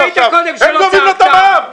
הם גובים לו את המע"מ,